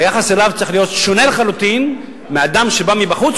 היחס אליו צריך להיות שונה לחלוטין מאל אדם שבא מבחוץ,